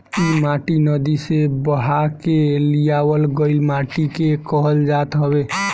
इ माटी नदी से बहा के लियावल गइल माटी के कहल जात हवे